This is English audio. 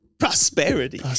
prosperity